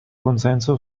consenso